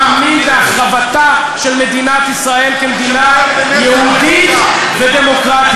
אתה מאמין בהחרבתה של מדינת ישראל כמדינה יהודית ודמוקרטית.